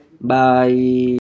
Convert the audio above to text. Bye